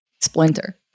splinter